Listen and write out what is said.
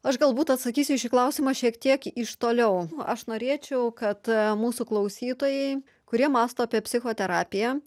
aš galbūt atsakysiu į šį klausimą šiek tiek iš toliau aš norėčiau kad mūsų klausytojai kurie mąsto apie psichoterapiją